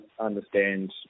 understand